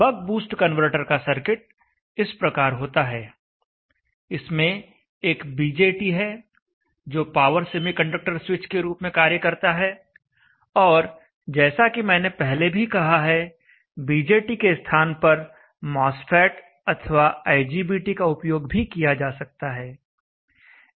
बक boost converter का circuit इस प्रकार होता है इसमें एक बीजेटी है जो पावर सेमीकंडक्टर स्विच के रूप में कार्य करता है और जैसा कि मैंने पहले भी कहा है बीजेटी के स्थान पर मॉसफेट अथवा आईजीबीटी का उपयोग भी किया जा सकता है